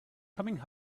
coming